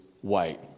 white